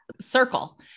circle